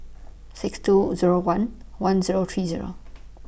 six two Zero one one Zero three Zero